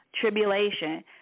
tribulation